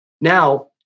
Now